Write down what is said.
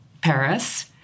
Paris